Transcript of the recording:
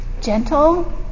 Gentle